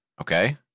Okay